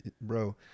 bro